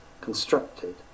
constructed